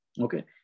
Okay